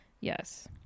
Yes